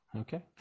Okay